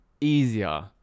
easier